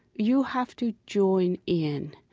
you have to join in.